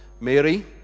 Mary